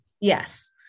yes